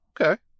Okay